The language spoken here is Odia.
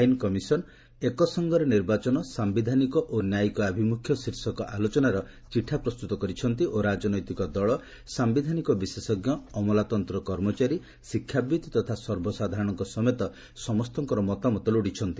ଆଇନ କମିଶନ ଏକ ସଙ୍ଗରେ ନିର୍ବାଚନ ସାୟିଧାନିକ ଓ ନ୍ୟାୟିକ ଆଭିମୁଖ୍ୟ ଶୀର୍ଷକ ଆଲୋଚନାର ଚିଠା ପ୍ରସ୍ତୁତ କରିଛନ୍ତି ଓ ରାଜନୈତିକ ଦଳ ସାୟିଧାନିକ ବିଶେଷଜ୍ଞ ଅମଲାତନ୍ତ୍ର କର୍ମଚାରୀ ଶିକ୍ଷାବିତ୍ ତଥା ସର୍ବସାଧାରଣଙ୍କ ସମେତ ସମସ୍ତଙ୍କର ମତାମତ ଲୋଡ଼ିଛନ୍ତି